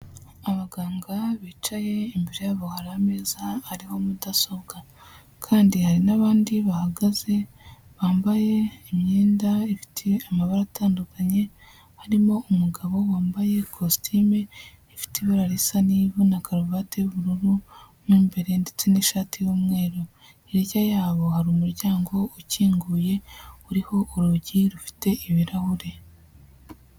Abaganga bicaye imbere yabo hari ameza ariho mudasobwa kandi hari n'abandi bahagaze bambaye imyenda ifite amabara atandukanye harimo umugabo wambaye kositime ifite ibara risa n'ivu na karuvate y'ubururu mo imbere ndetse n'ishati y'umweru, hirya yabo hari umuryango ukinguye uriho urugi rufite ibirahure.